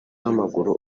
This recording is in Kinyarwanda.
w’amaguru